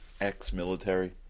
Ex-military